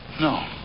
No